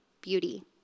beauty